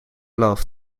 love